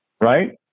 Right